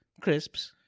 crisps